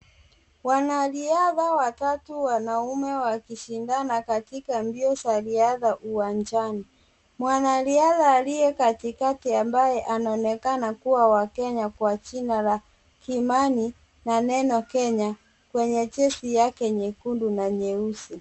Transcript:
Wanariadha watatu wanaume wakishandana katika mbio za riadha uwanjani. Mwanariadha aliye katikati ambaye anaonekana kuwa wa Kenya kwa jina la Kimani na neno Kenya kwenye jezi yake nyekundu na nyeusi.